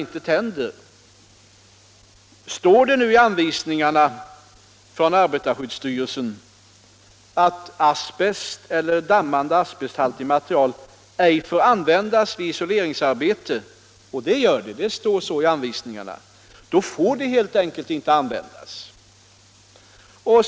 Om det står i anvisningarna från arbetarskyddsstyrelsen — och det gör det — att dammande asbesthaltigt material ej får användas vid isoleringsarbete, får det helt enkelt inte användas.